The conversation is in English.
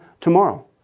tomorrow